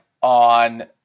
on